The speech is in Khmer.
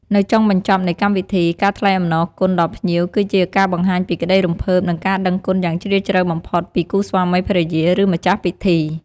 នៅចុងបញ្ចប់នៃកម្មវិធី ការថ្លែងអំណរគុណដល់ភ្ញៀវ គឺជាការបង្ហាញពីក្តីរំភើប និងការដឹងគុណយ៉ាងជ្រាលជ្រៅបំផុតពីគូស្វាមីភរិយា ឬម្ចាស់ពិធី។